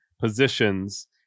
positions